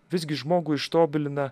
visgi žmogų ištobilina